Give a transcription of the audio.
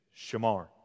shamar